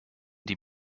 die